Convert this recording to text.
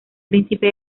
príncipe